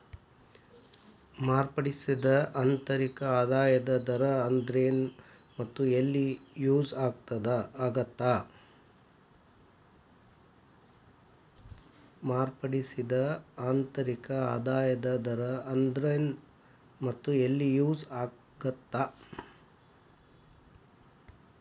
ಮಾರ್ಪಡಿಸಿದ ಆಂತರಿಕ ಆದಾಯದ ದರ ಅಂದ್ರೆನ್ ಮತ್ತ ಎಲ್ಲಿ ಯೂಸ್ ಆಗತ್ತಾ